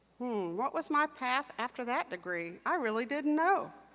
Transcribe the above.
what was my path after that degree? i really didn't know.